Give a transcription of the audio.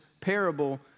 parable